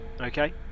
Okay